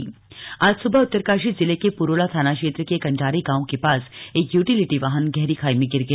दुर्घटना आज सुबह उत्तरकाशी जिले के पुरोला थाना क्षेत्र के कंडारी गांव के पास एक यूटिलिटी वाहन गहरी खाई में गिर गया